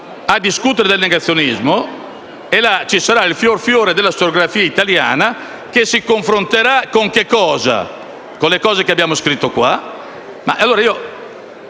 a discutere di negazionismo: lì ci sarà il fior fiore della storiografia italiana che si confronterà con le cose che abbiamo scritto in